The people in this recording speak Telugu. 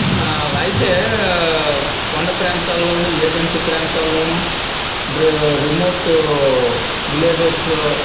అయితే కొండా ప్రాంతాల్లోను ఏజెన్సీ ప్రాంతాల్లోను రిమోట్ విలేజెస్లో